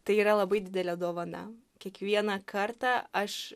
tai yra labai didelė dovana kiekvieną kartą aš